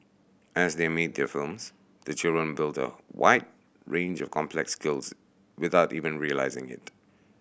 as they make their films the children build a wide range of complex skills without even realising it